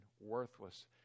worthless